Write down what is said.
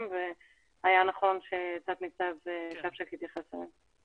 והיה נכון שתת ניצב שפשק יתייחס אליהם.